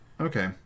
Okay